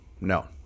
no